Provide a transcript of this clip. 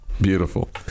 Beautiful